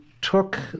took